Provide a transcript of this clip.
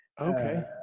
Okay